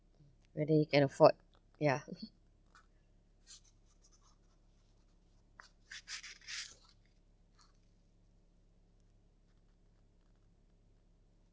whether you can afford ya